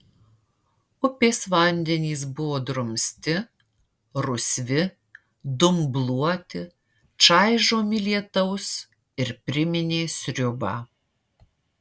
upės vandenys buvo drumsti rusvi dumbluoti čaižomi lietaus ir priminė sriubą